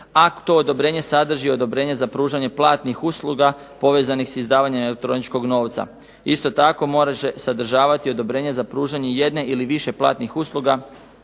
Akt za odobrenje sadrži odobrenje za pružanje platnih usluga povezanih s izdavanjem elektroničkog novca. Isto tako morat će sadržavati odobrenje za pružanje jedne ili više platnih usluga